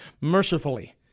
mercifully